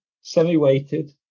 Semi-weighted